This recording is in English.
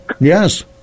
Yes